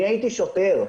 אני הייתי שוטר.